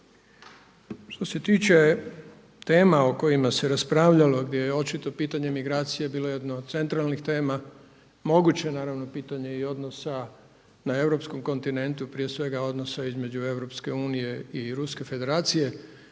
Što se tiče tema o kojima se raspravljalo gdje je očito pitanje migracije bilo jedno od centralnih tema moguće je naravno pitanje i odnosa na europskom kontinentu prije svega odnosa između EU i Ruske Federacije